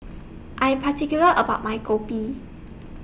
I'm particular about My Kopi